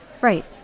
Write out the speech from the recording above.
Right